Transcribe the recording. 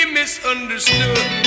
misunderstood